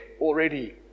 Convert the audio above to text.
already